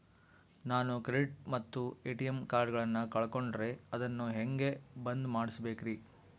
ನಾನು ಕ್ರೆಡಿಟ್ ಮತ್ತ ಎ.ಟಿ.ಎಂ ಕಾರ್ಡಗಳನ್ನು ಕಳಕೊಂಡರೆ ಅದನ್ನು ಹೆಂಗೆ ಬಂದ್ ಮಾಡಿಸಬೇಕ್ರಿ?